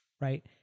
Right